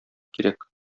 кирәк